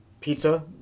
pizza